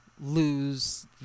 lose